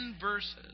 verses